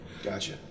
Gotcha